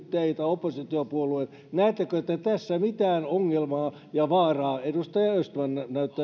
teitä oppositiopuolueita näettekö te tässä mitään ongelmaa ja vaaraa edustaja östman jonka